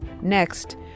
Next